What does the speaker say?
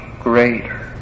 greater